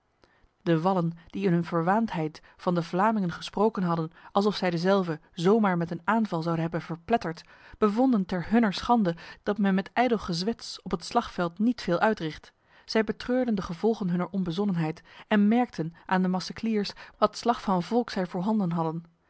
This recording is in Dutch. de wallen die in hun verwaandheid van de vlamingen gesproken hadden alsof zij dezelve zomaar met een aanval zouden hebben verpletterd bevonden ter hunner schade dat men met ijdel gezwets op het slagveld met veel uitricht zij betreurden de gevolgen hunner onbezonnenheid en merkten aan de macechers wat slag van volk zij voor handen hadden